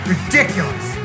Ridiculous